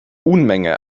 unmenge